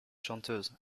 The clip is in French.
chanteuse